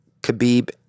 Khabib